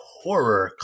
horror